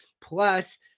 Plus